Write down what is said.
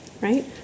right